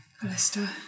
Callista